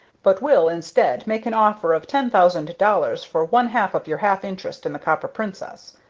but will, instead, make an offer of ten thousand dollars for one-half of your half-interest in the copper princess.